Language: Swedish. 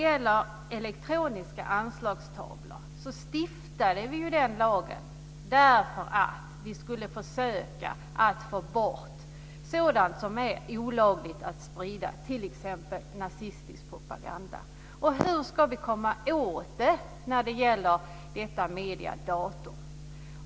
Lagen om ansvar för elektroniska anslagstavlor stiftades därför att vi ville försöka få bort budskap som det är olagligt att sprida, t.ex. nazistisk propaganda. Hur ska vi komma åt detta i datamediet?